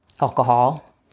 alcohol